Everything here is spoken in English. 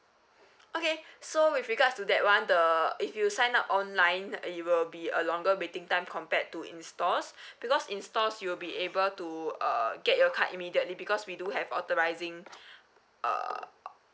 okay so with regards to that one the if you sign up online it will be a longer waiting time compared to in stores because in stores you'll be able to uh get your card immediately because we do have authorising uh